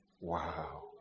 Wow